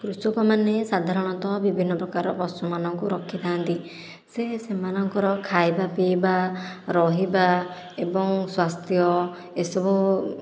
କୃଷକମାନେ ସାଧାରଣତଃ ବିଭିନ୍ନ ପ୍ରକାର ପଶୁମାନଙ୍କୁ ରଖିଥାନ୍ତି ସେ ସେମାନଙ୍କର ଖାଇବା ପିଇବା ରହିବା ଏବଂ ସ୍ୱାସ୍ଥ୍ୟ ଏସବୁ